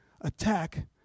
attack